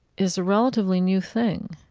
is a relatively new thing.